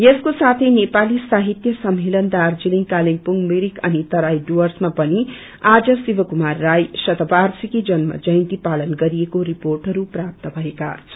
यसको साथै नेपाली साहित्य सम्मेलन दार्जीलिङ कालेबुङ मिरिक अनि तराई डुर्वसमा पनि आज शिवकुमार राई शतवार्षिकी जन्म जयन्ती पालन गरिएको रिपोटहरू प्रास भएका छन्